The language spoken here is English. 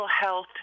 health